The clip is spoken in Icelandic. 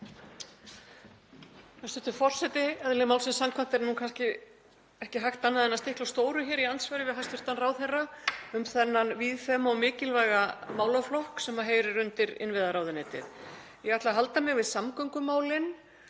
Hæstv. forseti. Eðli málsins samkvæmt er kannski ekki hægt annað en að stikla á stóru í andsvari við hæstv. ráðherra um þann víðfeðma og mikilvæga málaflokk sem heyrir undir innviðaráðuneytið. Ég ætla að halda mig við samgöngumálin